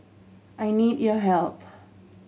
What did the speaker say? I need your help